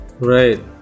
right